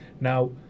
now